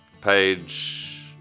page